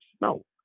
No